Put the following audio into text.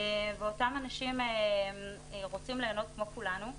ואותם אנשים רוצים ליהנות כמו כולנו,